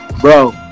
Bro